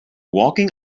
walking